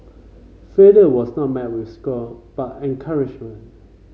failure was not met with scorn but encouragement